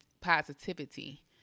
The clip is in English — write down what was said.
positivity